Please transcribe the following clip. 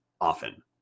often